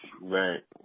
right